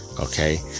Okay